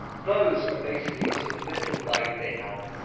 those are, basically, a sort of little guide they have.